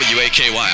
W-A-K-Y